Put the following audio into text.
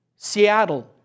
Seattle